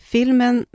Filmen